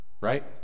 Right